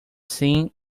see